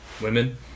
women